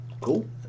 Cool